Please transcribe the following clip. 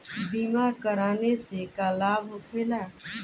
बीमा कराने से का लाभ होखेला?